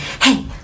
hey